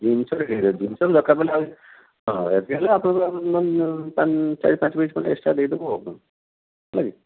ଜିନିଷ ରେଡ଼ି ଜିନିଷ ଦରକାର ପଡ଼ିଲେ ହଁ ଯଦି ହେଲା ଆପଣଙ୍କର ଚାରି ପାଞ୍ଚ ପିସ୍ ଖଣ୍ଡେ ଏକ୍ସଟ୍ରା ଦେଇଦେବୁ ଆଉ କ'ଣ ହେଲା କି